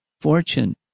fortune